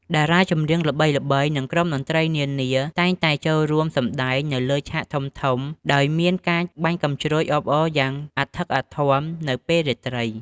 តារាចម្រៀងល្បីៗ និងក្រុមតន្ត្រីនានា តែងតែចូលរួមសំដែងនៅលើឆាកធំៗ ដោយមានការបាញ់កាំជ្រួចអបអរយ៉ាងអធិកអធមនៅពេលរាត្រី។